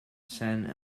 cent